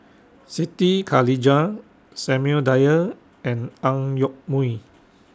Siti Khalijah Samuel Dyer and Ang Yoke Mooi